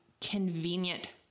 convenient